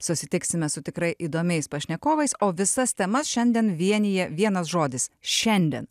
susitiksime su tikrai įdomiais pašnekovais o visas temas šiandien vienija vienas žodis šiandien